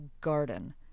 garden